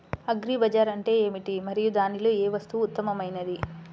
Agri bazaar అంటే ఏమిటి మరియు దానిలో ఏ వస్తువు ఉత్తమమైనది?